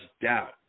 doubt